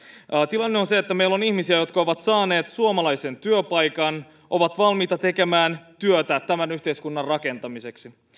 tilanne on se että meillä on ihmisiä jotka ovat saaneet suomalaisen työpaikan ja ovat valmiita tekemään työtä tämän yhteiskunnan rakentamiseksi